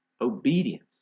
obedience